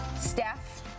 Steph